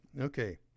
okay